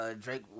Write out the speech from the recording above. Drake